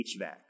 HVAC